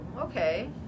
okay